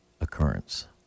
occurrence